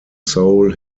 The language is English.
soul